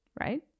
right